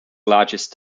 largest